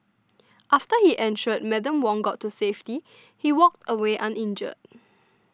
after he ensured Madam Wong got to safety he walked away uninjured